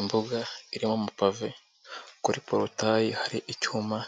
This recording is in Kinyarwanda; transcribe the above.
Imbuga irimo amapave, kuri porotayi hari icyuma